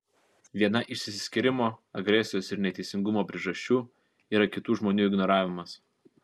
viena iš išsiskyrimo agresijos ir neteisingumo priežasčių yra kitų žmonių ignoravimas